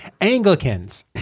Anglicans